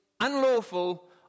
unlawful